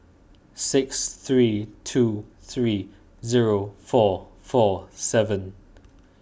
six three two three zero four four seven